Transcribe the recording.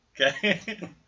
Okay